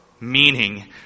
meaning